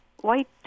white